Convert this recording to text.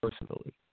personally